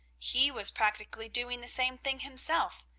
he was practically doing the same thing himself,